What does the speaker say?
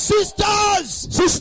Sisters